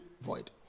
void